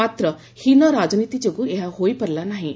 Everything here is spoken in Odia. ମାତ୍ର ହୀନ ରାଜନୀତି ଯୋଗୁଁ ଏହା ହୋଇପାରିଲା ନାହିଁ